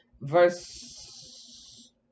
verse